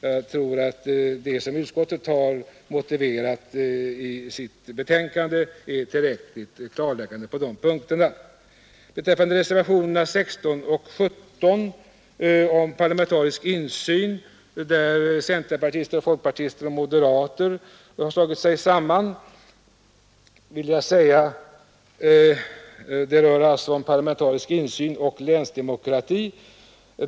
Jag tror att den motivering som utskottet har anfört i sitt betänkande är tillräckligt klarläggande på de punkterna. Reservationerna 16 och 17, som centerpartister, folkpartister och moderater har slagit sig samman om, gäller parlamentarisk insyn och länsdemokrati.